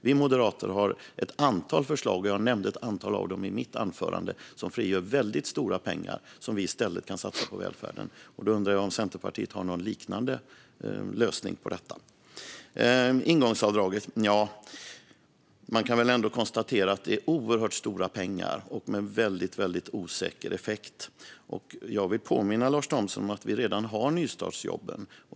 Vi moderater har ett antal förslag, och jag nämnde ett antal av dem i mitt anförande, som frigör väldigt stora pengar som vi i stället kan satsa på välfärden. Då undrar jag om Centerpartiet har någon liknande lösning på detta. När det gäller ingångsavdraget kan man ändå konstatera att det handlar om oerhört stora pengar och att det har en mycket osäker effekt. Jag vill påminna Lars Thomsson om att vi redan har nystartsjobben.